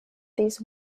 these